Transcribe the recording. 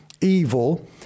evil